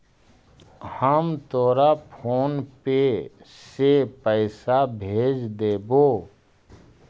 हम तोरा PhonePe से पईसा भेज देबो